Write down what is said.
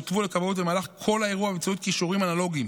נותבו לכבאות במהלך כל האירוע באמצעות קישורים אנלוגיים.